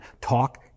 Talk